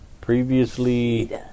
previously